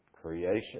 creation